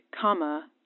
comma